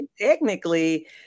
technically